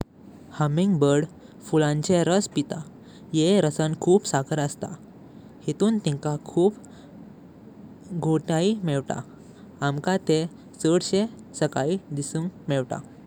Hummingbird fulache raas pita, yeh rasan khup sakar asta. Hitun tinka khup ghotia mevta. Amka teh chad she sakai disung mevta. Hummingbird फुलाचे रस पित, येह रसां खूप सकर आसता। हितून तिंका खूप घोटिया मेवता। आम्का तेह चाड शे सकाई दिसुंग मेवता।